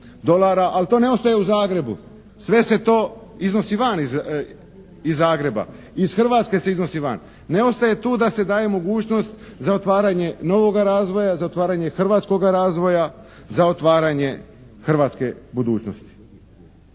dolara, ali to ne ostaje u Zagrebu. Sve se to iznosi van iz Zagreba. Iz Hrvatske se iznosi van. Ne ostaje tu da se daje mogućnost za otvaranje novoga razvoja, za otvaranje hrvatskoga razvoja, za otvaranje hrvatske budućnosti.